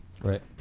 Right